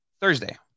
thursday